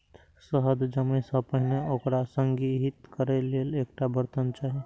शहद जमै सं पहिने ओकरा संग्रहीत करै लेल एकटा बर्तन चाही